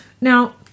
Now